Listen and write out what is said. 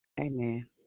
Amen